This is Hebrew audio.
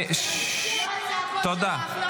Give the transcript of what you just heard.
--- תודה.